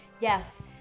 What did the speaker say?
yes